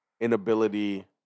inability